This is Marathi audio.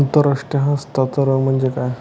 आंतरराष्ट्रीय हस्तांतरण म्हणजे काय?